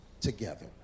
together